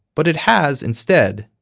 but it has, instead,